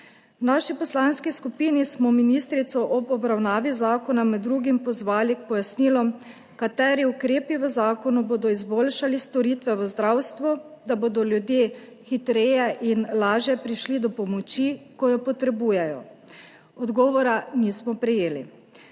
V naši poslanski skupini smo ministrico ob obravnavi zakona med drugim pozvali k pojasnilom, kateri ukrepi v zakonu bodo izboljšali storitve v zdravstvu, da bodo ljudje hitreje in lažje prišli do pomoči, ko jo potrebujejo. Odgovora nismo prejeli.